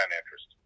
interest